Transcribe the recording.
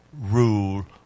rule